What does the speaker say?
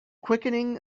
quickening